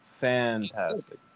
Fantastic